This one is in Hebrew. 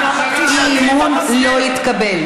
האי-אמון לא התקבל.